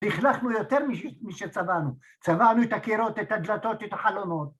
‫לכלכנו יותר ממי שצבענו. ‫צבענו את הקירות, ‫את הדלתות, את החלונות.